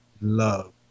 love